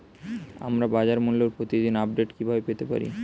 আমরা বাজারমূল্যের প্রতিদিন আপডেট কিভাবে পেতে পারি?